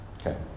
Okay